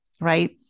Right